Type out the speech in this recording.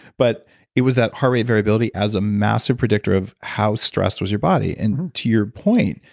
but it was that heart rate variability as a master predictor of how stressed was your body? and to your point,